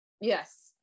Yes